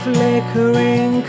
Flickering